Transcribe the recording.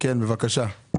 כן בבקשה.